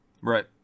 Right